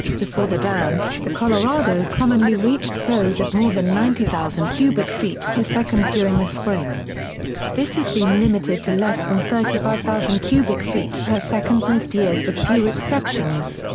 before the dam, the colorado commonly reached flows of more than ninety thousand cubic feet per second during the spring this has been limited to less than thirty five thousand cubic feet per second most years with few exceptions.